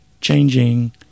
changing